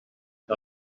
que